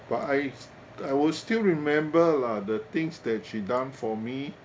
but I s~ I will still remember lah the things that she done for me